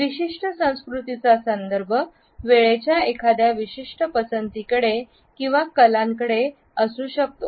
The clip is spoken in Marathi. विशिष्ट संस्कृतीचा संदर्भ वेळेच्या एखाद्या विशिष्ट पसंतीकडे किंवा कलंकडे कल असू शकतो